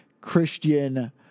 Christian